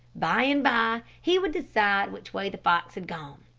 by-and-by, he would decide which way the fox had gone.